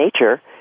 nature